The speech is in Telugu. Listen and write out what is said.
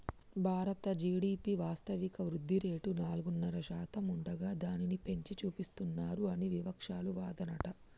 భారత జి.డి.పి వాస్తవిక వృద్ధిరేటు నాలుగున్నర శాతం ఉండగా దానిని పెంచి చూపిస్తానన్నారు అని వివక్షాలు వాదనట